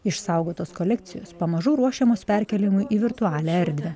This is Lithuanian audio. išsaugotos kolekcijos pamažu ruošiamos perkėlimui į virtualią erdvę